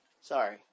Sorry